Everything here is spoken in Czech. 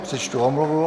Přečtu omluvu.